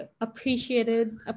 appreciated